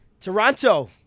Toronto